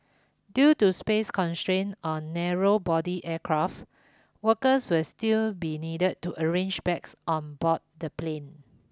due to space constraints on narrow body aircraft workers will still be needed to arrange bags on board the plane